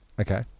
Okay